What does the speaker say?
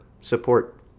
support